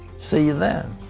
see you then.